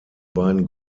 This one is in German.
beiden